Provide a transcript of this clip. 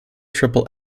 triple